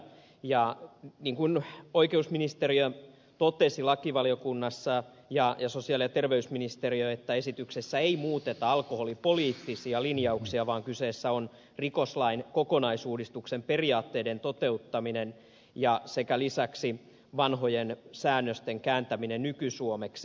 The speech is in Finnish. ja niin kuin oikeusministeriö ja sosiaali ja terveysministeriö totesivat lakivaliokunnassa esityksessä ei muuteta alkoholipoliittisia linjauksia vaan kyseessä on rikoslain kokonaisuudistuksen periaatteiden toteuttaminen sekä lisäksi vanhojen säännösten kääntäminen nykysuomeksi